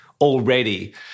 already